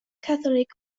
catholic